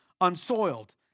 unsoiled